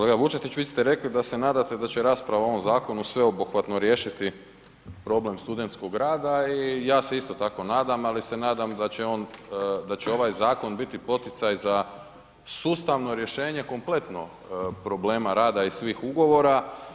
Kolega Vučetić vi ste rekli da se nadate da će rasprava o ovom zakonu sveobuhvatno riješiti problem studentskog rada i ja se isto tako nadam, ali se nadam da će ovaj zakon biti poticaj za sustavno rješenje kompletno problema rada i svih ugovora.